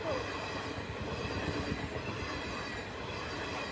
हो ठीक आहे